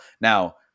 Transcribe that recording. Now